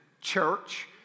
church